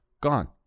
Gone